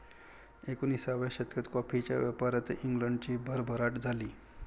एकोणिसाव्या शतकात कॉफीच्या व्यापारात इंग्लंडची भरभराट झाली